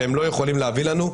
שהם לא יכולים להביא לנו,